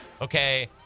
okay